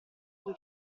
cui